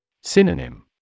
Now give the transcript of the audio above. Synonym